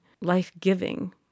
life-giving